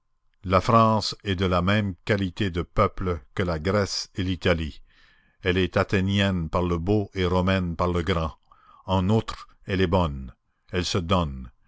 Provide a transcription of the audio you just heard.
la france est de la même qualité de peuple que la grèce et l'italie elle est athénienne par le beau et romaine par le grand en outre elle est bonne elle se donne